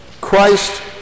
Christ